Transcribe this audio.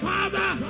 Father